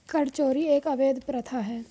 कर चोरी एक अवैध प्रथा है